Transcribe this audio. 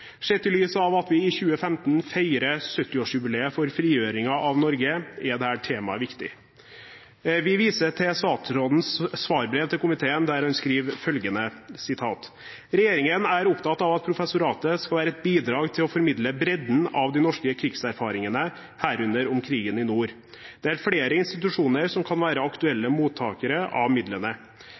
Sett i lys av at vi i 2015 feirer 70-årsjubileet for frigjøringen av Norge, er dette temaet viktig. Vi viser til statsrådens svarbrev til komiteen, der han skriver følgende: «Regjeringen er opptatt av at professoratet skal være et bidrag til å formidle bredden av de norske krigserfaringene, herunder om krigen i nord. Det er flere institusjoner som kan være aktuelle mottakere av midlene.